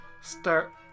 start